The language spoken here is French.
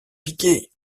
piqué